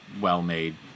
well-made